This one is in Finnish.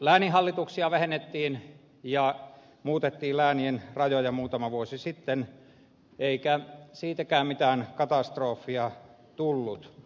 lääninhallituksia vähennettiin ja muutettiin läänien rajoja muutama vuosi sitten eikä siitäkään mitään katastrofia tullut